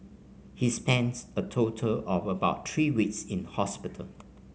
he spents a total of about three weeks in hospital